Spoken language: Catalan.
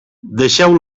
deixeu